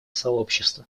сообщества